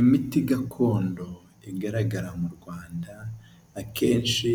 Imiti gakondo igaragara mu rwanda akenshi